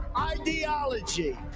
ideology